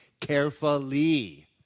carefully